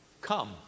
Come